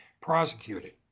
prosecuted